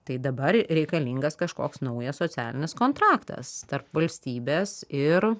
tai dabar reikalingas kažkoks naujas socialinis kontraktas tarp valstybės ir